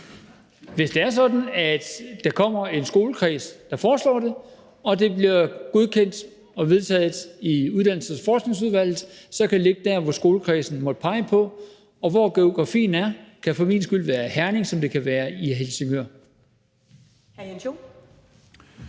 Hvis det er sådan, at der kommer en skolekreds, der foreslår det, og det bliver godkendt og vedtaget i Uddannelses- og Forskningsudvalget, kan det ligge der, hvor skolekredsen måtte pege på. Og i forhold til geografien kan det for min skyld være i Herning, som det kan være i Helsingør.